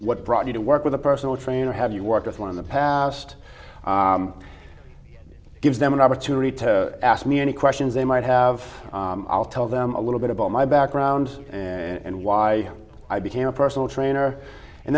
what brought you to work with a personal trainer have you worked with one in the past it gives them an opportunity to ask me any questions they might have i'll tell them a little bit about my background and why i became a personal trainer and